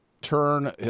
turn